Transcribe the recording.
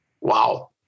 Wow